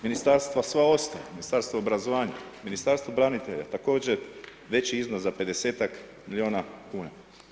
Ministarstva sva ostala, Ministarstvo obrazovanja, Ministarstvo branitelja također veći iznos za 50-tak milijuna kuna.